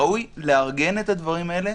ראוי לארגן את הדברים האלה.